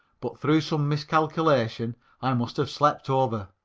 but through some miscalculation i must have slept over,